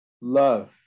love